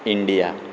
India